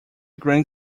grand